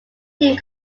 team